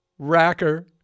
Racker